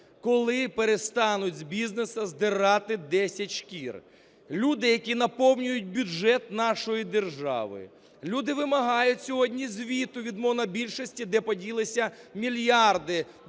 коли перестануть з бізнесу здирати десять шкір. Люди, які наповнюють бюджет нашої держави, люди вимагають сьогодні звіту від монобільшості, де поділитися мільярди доларів,